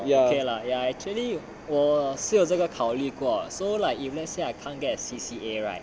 okay lah actually 我是有这个考虑过 so like even say I can't get a C_C_A right